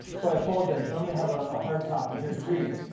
so i apologize, normally i have a ah hard copy here to read.